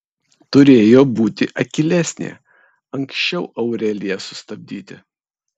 turėjo būti akylesnė anksčiau aureliją sustabdyti